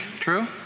True